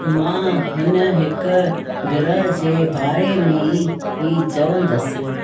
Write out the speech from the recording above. मां हिन हिकु ग्रह जे बारे में ई चवंदसि